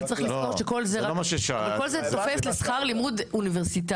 אבל צריך לזכור שכל זה תופס לשכר לימוד אוניברסיטאי.